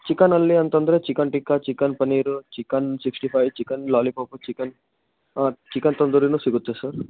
chicken ಅಲ್ಲಿ ಅಂತ ಅಂದ್ರೆ chicken tikka chicken paneer chicken sixty five chicken lollipop chicken chicken ತಂದೂರಿನು ಸಿಗುತ್ತೆ ಸರ್